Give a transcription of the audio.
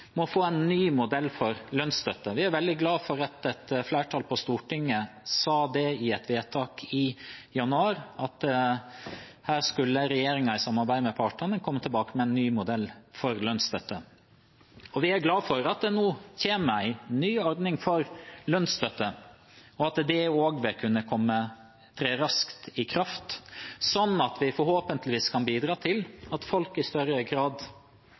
må få en ny modell for lønnsstøtte. Jeg er veldig glad for at et flertall på Stortinget i et vedtak i januar sa at her skulle regjeringen i samarbeid med partene komme tilbake med en ny modell for lønnsstøtte. Vi er glad for at det nå kommer en ny ordning for lønnsstøtte, og at den også vil kunne tre i kraft raskt, så vi forhåpentligvis kan bidra til at folk i større grad